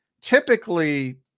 Typically